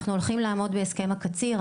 אנחנו הולכים לעמוד בהסכם הקציר,